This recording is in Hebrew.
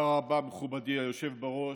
תודה רבה, מכובדי היושב-ראש.